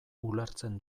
ulertzen